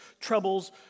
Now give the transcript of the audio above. troubles